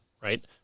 right